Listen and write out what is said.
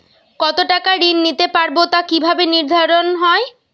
কতো টাকা ঋণ নিতে পারবো তা কি ভাবে নির্ধারণ হয়?